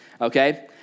okay